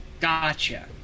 Gotcha